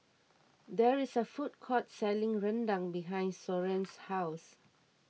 there is a food court selling Rendang behind Soren's house